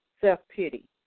self-pity